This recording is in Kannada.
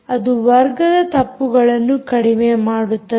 ಅದು ವರ್ಗದ ತಪ್ಪುಗಳನ್ನು ಕಡಿಮೆ ಮಾಡುತ್ತದೆ